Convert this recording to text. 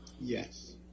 yes